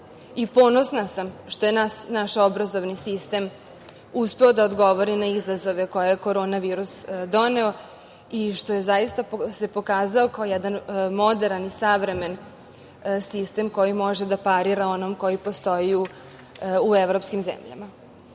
Srbiju. Ponosna sam što je naš obrazovani sistem uspeo da odgovori na izazove koje je Korona virus doneo i što se, zaista, pokazao kao jedan moderan, savremen sistem koji može da parira onom koji postoji u evropskim zemljama. Ali,